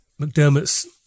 McDermott's